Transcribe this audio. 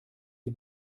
sie